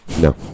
No